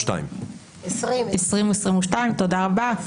2022. 2022. תודה רבה,